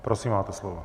Prosím, máte slovo.